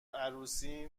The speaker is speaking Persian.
عروسی